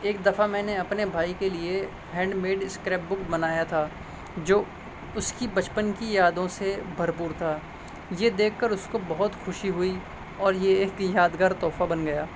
ایک دفعہ میں نے اپنے بھائی کے لیے ہینڈ میڈ اسکرپ بک بنایا تھا جو اس کی بچپن کی یادوں سے بھرپور تھا یہ دیکھ کر اس کو بہت خوشی ہوئی اور یہ ایک یادگار تحفہ بن گیا